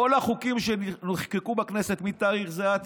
כל החוקים שנחקקו בכנסת מתאריך זה עד